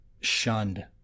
shunned